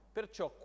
Perciò